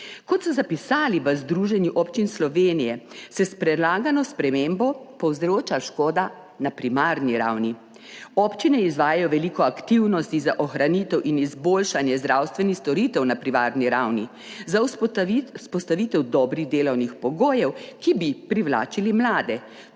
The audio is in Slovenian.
Kot so zapisali v Združenju občin Slovenije, se s predlagano spremembo povzroča škoda na primarni ravni. Občine izvajajo veliko aktivnosti za ohranitev in izboljšanje zdravstvenih storitev na primarni ravni za vzpostavitev dobrih delovnih pogojev, ki bi privlačili mlade,